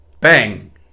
bang